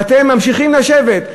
ואתם ממשיכים לשבת.